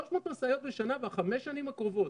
300 משאיות בשנה בחמש השנים הקרובות.